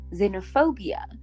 xenophobia